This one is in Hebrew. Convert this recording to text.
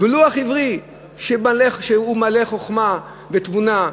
ולוח עברי שהוא מלא חוכמה ותבונה.